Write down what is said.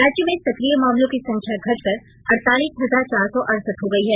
राज्य में सक्रिय मामलों की संख्या घटकर अड़तालीस हजार चार सौ अड़सठ हो गई है